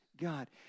God